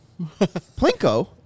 Plinko